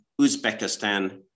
Uzbekistan